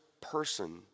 person